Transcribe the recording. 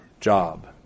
job